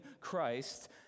Christ